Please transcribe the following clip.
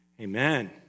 amen